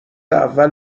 اول